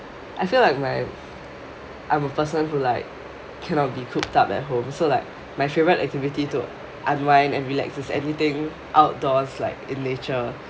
I feel like my I'm a person who like cannot be cooped up at home so like my favourite activity to unwind and relax is anything outdoors like in nature